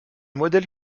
modèle